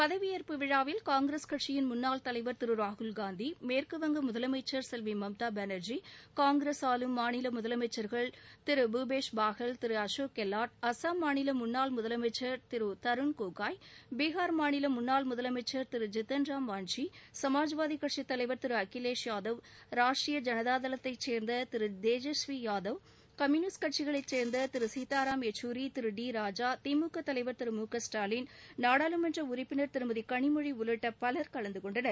பதவியேற்பு விழாவில் காங்கிரஸ் கட்சியின் முன்னாள் தலைவர் திரு ராகுல்காந்தி மேற்குவங்க மாநில முதலமைச்சர் செல்வி மம்தாபானர்ஜி காங்கிரஸ் மாநில முதலமைச்சர்கள் திரு புபேஷ் பாகல் திரு அசோக் கெலாட் அஸ்ஸாம் மாநில முன்னாள் முதலமைச்சர் திரு தருண் கோகோய் பீஹார் மாநில முன்னாள் முதலமைச்சர் ஜித்தன் ராம் மஞ்சி சமாஜ்வாதிக்கட்சித்தலைவர் திரு அகிலேஷ் யாதவ் ராஷ்ட்ரீய ஜனதா தள தலைவர் திரு தேஜேஸ்வரி யாதவ் கம்பூனிஸ்ட் கட்சிகளைச்சேர்ந்த திரு சீத்தாராம் யெச்சூரி திரு டி ராஜா திமுக தலைவர் திரு மு க ஸ்டாலின் நாடாளுமன்ற உறுப்பினர் திருமதி களிமொழி உள்ளிட்ட பலர் கலந்துகொண்டனர்